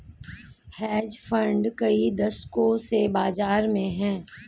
hedge fund कई दशकों से बाज़ार में हैं